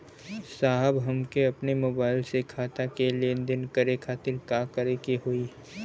साहब हमके अपने मोबाइल से खाता के लेनदेन करे खातिर का करे के होई?